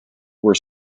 were